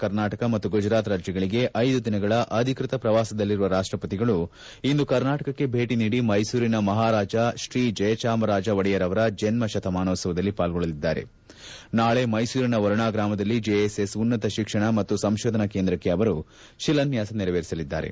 ಕರ್ನಾಟಕ ಮತ್ತು ಗುಜರಾತ್ ರಾಜ್ಯಗಳಿಗೆ ಐದು ದಿನಗಳ ಅಧಿಕೃತ ಪ್ರವಾಸದಲ್ಲಿರುವ ರಾಷ್ಟಪತಿಗಳು ಇಂದು ಕರ್ನಾಟಕಕ್ಕೆ ಭೇಟಿ ನೀಡಿ ಮೈಸೂರಿನ ಮಹಾರಾಜ ಶ್ರೀ ಜಯಚಾಮರಾಜ ಒಡೆಯರ್ ಅವರ ಜನ್ನ ಶತಮಾನೋತ್ಸವದಲ್ಲಿ ಪಾಲ್ಗೊಳ್ಳಲಿದ್ದಾರೆ ನಾಳೆ ಮೈಸೂರಿನ ವರುಣಾ ಗ್ರಾಮದಲ್ಲಿ ಜೆಎಸ್ಎಸ್ ಉನ್ನತ ಶಿಕ್ಷಣ ಮತ್ತು ಸಂಶೋಧನಾ ಕೇಂದ್ರಕ್ಷೆ ಅವರು ಶಿಲಾನ್ಗಾಸ ನೆರವೇರಿಸಲಿದ್ದಾರೆ